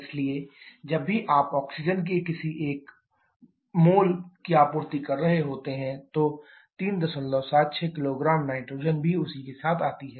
इसलिए जब भी आप ऑक्सीजन के किसी 1 मोल की आपूर्ति कर रहे होते हैं तो 376 किलोग्राम नाइट्रोजन भी उसी के साथ आती है